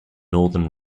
northern